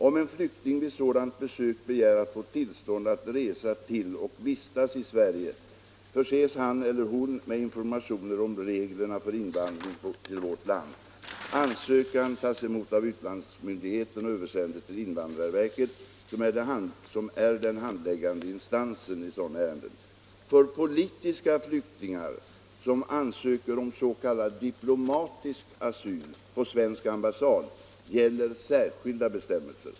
Om en flykting vid sådant besök begär att få tillstånd att resa till och vistas i Sverige förses han eller hon med informationer om reglerna för invandring till vårt land. Ansökan tas emot av utlandsmyndigheten och översändes till invandrarverket, som är den handläggande instansen i sådana ärenden. För politiska flyktingar som ansöker om s.k. diplomatisk asyl på svensk ambassad gäller särskilda bestämmelser.